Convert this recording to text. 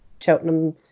Cheltenham